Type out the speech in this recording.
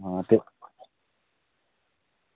हां ते